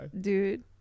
dude